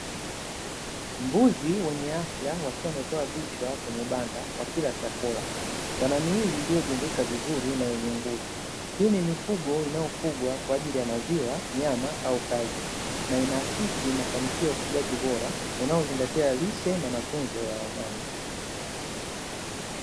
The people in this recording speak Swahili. Mbuzi wenye afya wakiwa wametoa vichwa kwenye banda wakila chakula, wanamili iliyojengeka vizuri na yenye nguvu. Hii ni mifugo inayofugwa kwajili ya maziwa, nyama au kazi na inaakisi mafanikio ya ufugaji bora unaozingatia lishe na matunzo ya wanyama.